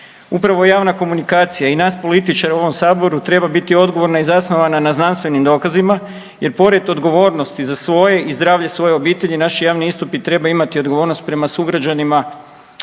Upravo javna komunikacija i nas političara u ovom Saboru treba biti odgovorna i zasnovana na znanstvenim dokazima jer pored odgovornosti za svoje i zdravlje svoje obitelji naši javni istupi trebaju imati odgovornost prema sugrađanima